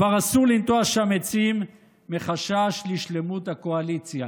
כבר אסור לנטוע שם עצים מחשש לשלמות הקואליציה.